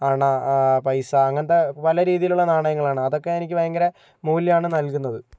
അണ ആ പൈസ അങ്ങനത്തെ പല രീതിയിലുള്ള നാണയങ്ങളാണ് അതൊക്കെ എനിക്ക് ഭയങ്കര മൂല്യമാണ് നൽകുന്നത്